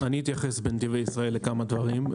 אני אתייחס, בנתיבי ישראל, לכמה דברים.